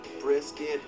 brisket